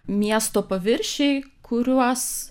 miesto paviršiai kuriuos